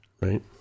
right